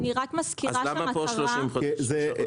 אז למה פה שלושה חודשים?